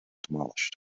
demolished